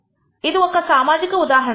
ఇది ఒక సామాజిక ఉదాహరణ